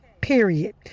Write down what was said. period